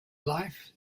life